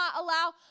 allow